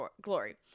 glory